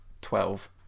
twelve